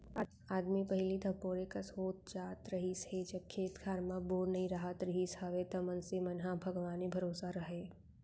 आदमी पहिली धपोरे कस हो जात रहिस हे जब खेत खार म बोर नइ राहत रिहिस हवय त मनसे मन ह भगवाने भरोसा राहय